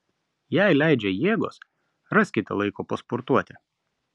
jei leidžia jėgos raskite laiko pasportuoti